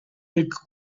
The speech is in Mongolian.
нэг